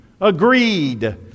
agreed